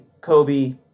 kobe